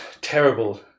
Terrible